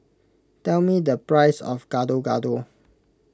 tell me the price of Gado Gado